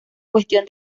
cuestión